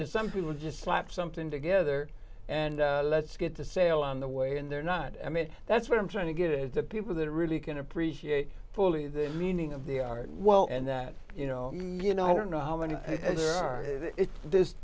that some people just slap something together and let's get the sail on the way and they're not i mean that's what i'm trying to get it to people that really can appreciate fully the meaning of the art well and that you know you know i don't know how many this